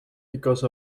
because